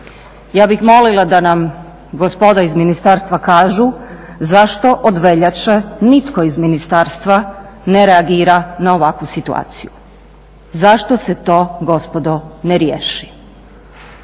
Ja bih molila da nam gospoda iz ministarstva kažu zašto od veljače nitko iz ministarstva ne reagira na ovakvu situaciju. Zašto se to gospodo ne riješi?